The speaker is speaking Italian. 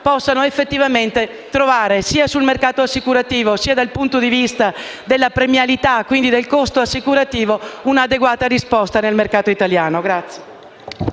possano effettivamente trovare sia sul mercato assicurativo sia dal punto di vista della premialità, quindi del costo assicurativo, un'adeguata risposta nel mercato italiano.